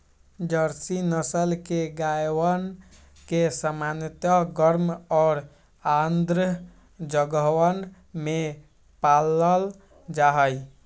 Jersey नस्ल के गायवन के सामान्यतः गर्म और आर्द्र जगहवन में पाल्ल जाहई